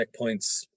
checkpoints